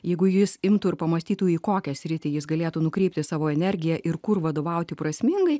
jeigu jis imtų ir pamąstytų į kokią sritį jis galėtų nukreipti savo energiją ir kur vadovauti prasmingai